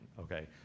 okay